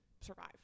survive